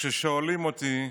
כששואלים אותי: